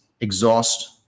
exhaust